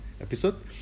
episode